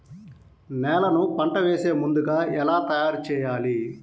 నేలను పంట వేసే ముందుగా ఎలా తయారుచేయాలి?